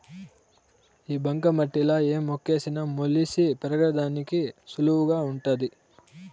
ఈ బంక మట్టిలా ఏ మొక్కేసిన మొలిసి పెరిగేదానికి సులువుగా వుంటాది